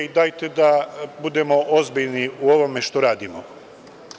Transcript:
Dajte da budemo ozbiljni u ovome što radimo.